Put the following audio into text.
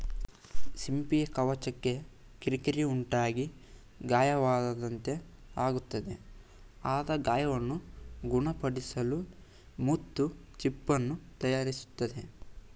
ಸಿಂಪಿಯ ಕವಚಕ್ಕೆ ಕಿರಿಕಿರಿ ಉಂಟಾಗಿ ಗಾಯವಾದಂತೆ ಆಗ್ತದೆ ಆದ ಗಾಯವನ್ನು ಗುಣಪಡಿಸಲು ಮುತ್ತು ಚಿಪ್ಪನ್ನು ತಯಾರಿಸ್ತದೆ